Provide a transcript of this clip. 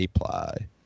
apply